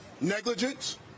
negligence